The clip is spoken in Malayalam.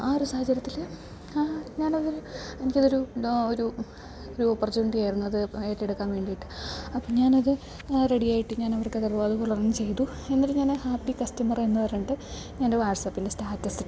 ആ ഒരു സാഹചര്യത്തിൽ ഞാനതൊരു എനിക്കതൊരു ഒരു ഓപ്പർച്യൂണിറ്റി ആയിരുന്നു അത് ഏറ്റെടുക്കാൻ വേണ്ടിയിട്ട് അപ്പം ഞാനത് റെഡിയായിട്ട് ഞാനവർക്കത് അതുപോലൊരെണ്ണം ചെയ്തു എന്നിട്ട് ഞാൻ ഹാപ്പി കസ്റ്റമർ എന്നു പറഞ്ഞിട്ട് എൻ്റെ വാട്സാപ്പിൽ സ്റ്റാറ്റസ് ഇട്ടു